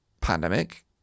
pandemic